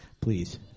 Please